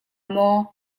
maw